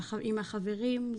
עם החברים,